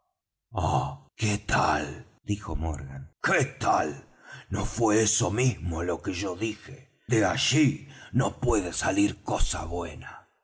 qué tal dijo morgan qué tal no fué eso mismo lo que yo dije de allí no puede salir cosa buena